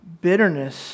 bitterness